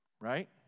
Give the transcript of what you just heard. right